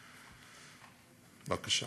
בבקשה.